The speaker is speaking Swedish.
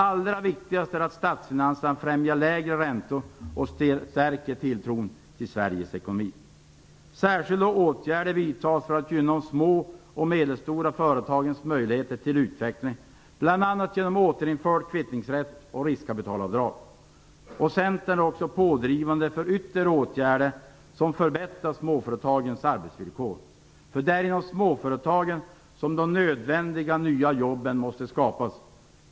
Allra viktigast är att statsfinanserna främjar lägre räntor och stärker tilltron till Sveriges ekonomi. Särskilda åtgärder vidtas för att gynna de små och medelstora företagens möjligheter till utveckling, bl.a. genom återinförd kvittningsrätt och riskkapitalavdrag. Centern är också pådrivande för yttre åtgärder som förbättrar småföretagens arbetsvillkor, för det är inom småföretagen som de nödvändiga nya jobben måste skapas.